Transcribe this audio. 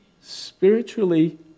spiritually